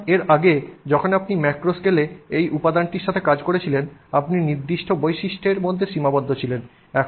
সুতরাং এর আগে যখন আপনি ম্যাক্রোস্কেলে এই উপাদানটির সাথে কাজ করছিলেন আপনি নির্দিষ্ট বৈশিষ্ট্যের মধ্যে সীমাবদ্ধ ছিলেন